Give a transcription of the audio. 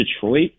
Detroit